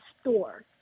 store